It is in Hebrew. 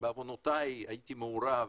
בעוונותיי הייתי מעורב,